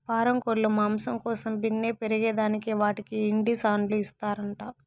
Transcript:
పారం కోల్లు మాంసం కోసం బిన్నే పెరగేదానికి వాటికి ఇండీసన్లు ఇస్తారంట